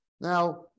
Now